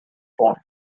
pond